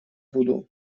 буду